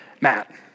Matt